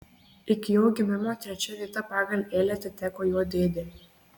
iki jo gimimo trečia vieta pagal eilę atiteko jo dėdei